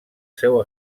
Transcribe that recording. seu